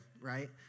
right